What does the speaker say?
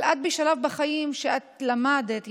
אבל את בשלב בחיים שאת למדת,